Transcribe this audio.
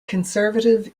conservative